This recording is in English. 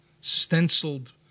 stenciled